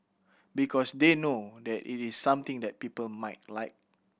because they know that it is something that people might like